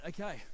okay